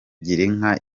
girinka